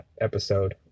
episode